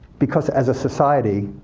because as a society,